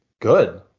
good